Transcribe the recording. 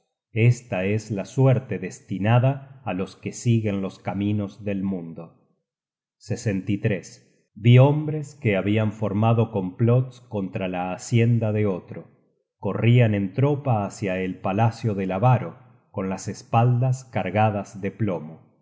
esta es la suerte destinada á los que siguen los caminos del mundo vi hombres que habian formado complots contra la hacienda de otro corrian en tropa hácia el palacio del avaro con las espaldas cargadas de plomo